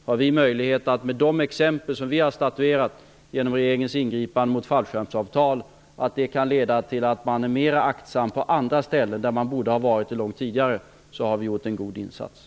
Vi har gjort en god insats om de exempel vi har statuerat med hjälp av regeringens ingripanden mot fallskärmsavtalen leder till att man på andra ställen blir mera aktsam än vad man varit tidigare.